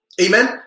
Amen